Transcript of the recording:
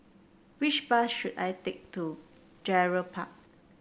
which bus should I take to Gerald Park